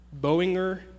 Boeinger